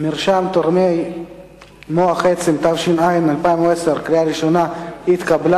מרשם תורמי מוח עצם, התש"ע 2010, לוועדת העבודה,